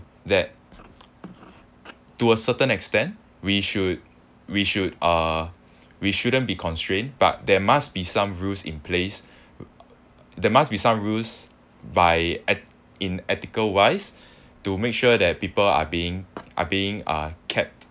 that to a certain extent we should we should uh we shouldn't be constrained but there must be some rules in place there must be some rules by eth~ in ethical wise to make sure that people are being are being uh kept